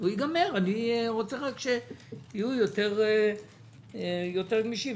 אבל אני רוצה שיהיו יותר גמישים,